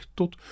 tot